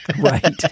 Right